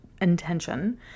intention